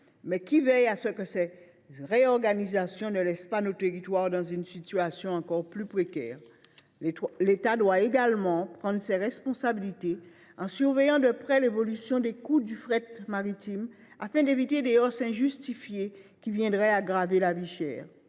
Mais qui veille à ce que ces réorganisations ne laissent pas nos territoires dans une situation encore plus précaire ? L’État doit également prendre ses responsabilités, en surveillant de près l’évolution des coûts du fret maritime afin d’éviter des hausses injustifiées qui viendraient aggraver le phénomène